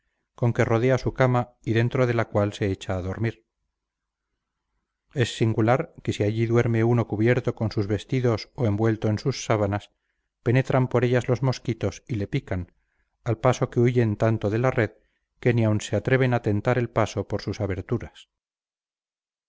con que rodea su cama y dentro de la cual se echa a dormir es singular que si allí duerme uno cubierto con sus vestidos o envuelto en sus sábanas penetran por ellas los mosquitos y le pican al paso que huyen tanto de la red que ni aun se atreven a tentar el paso por sus aberturas